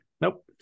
nope